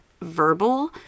verbal